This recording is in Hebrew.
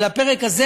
אבל הפרק הזה,